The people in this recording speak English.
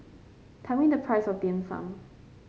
tell me the price of Dim Sum